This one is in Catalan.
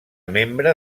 membre